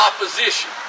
opposition